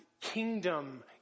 kingdom